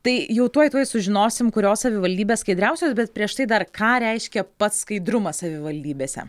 tai jau tuoj tuoj sužinosim kurios savivaldybės skaidriausios bet prieš tai dar ką reiškia pats skaidrumas savivaldybėse